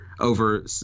over